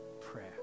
prayer